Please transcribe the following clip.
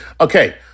Okay